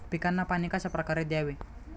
पिकांना पाणी कशाप्रकारे द्यावे?